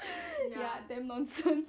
ya damn nonsense